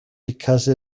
because